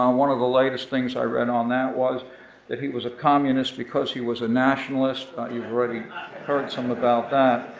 one of the latest things i read on that was that he was a communist because he was a nationalist. but you've already heard some about